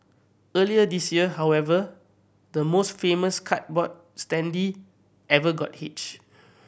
earlier this year however the most famous cardboard standee ever got hitched